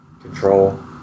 control